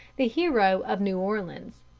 the hero of new orleans.